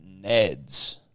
Neds